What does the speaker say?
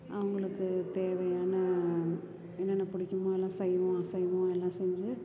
அவர்களுக்குத் தேவையான என்னென்ன பிடிக்குமோ அதெல்லாம் சைவம் அசைவம் எல்லாம் செஞ்சு